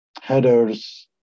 headers